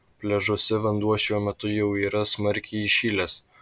pliažuose vanduo šiuo metu jau yra smarkiai įšilęs